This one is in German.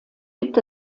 gibt